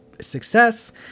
success